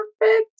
perfect